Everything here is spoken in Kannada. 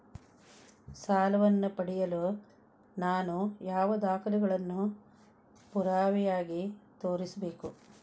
ಸಾಲವನ್ನು ಪಡೆಯಲು ನಾನು ಯಾವ ದಾಖಲೆಗಳನ್ನು ಪುರಾವೆಯಾಗಿ ತೋರಿಸಬೇಕು?